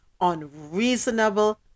unreasonable